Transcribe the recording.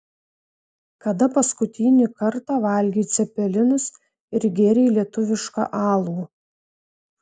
kada paskutinį kartą valgei cepelinus ir gėrei lietuvišką alų